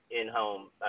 in-home